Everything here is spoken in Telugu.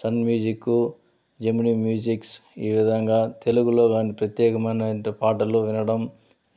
సన్ మ్యూజిక్కు జెమిని మ్యూజిక్స్ ఈ విధంగా తెలుగులో వన్ ప్రత్యేకమైనంటి పాటలు వినడం